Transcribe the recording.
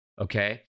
okay